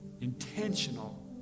intentional